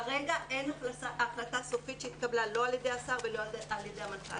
כרגע אין החלטה סופית שהתקבלה לא על ידי השר ולא על ידי המנכ"ל.